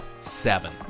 seven